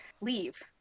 leave